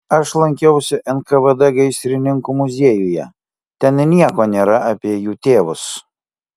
aš lankiausi nkvd gaisrininkų muziejuje ten nieko nėra apie jų tėvus